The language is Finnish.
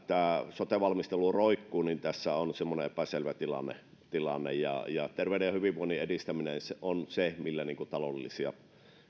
sote valmistelu roikkuu tässä on semmoinen epäselvä tilanne tilanne ja terveyden ja hyvinvoinnin edistäminen on se millä taloudellisia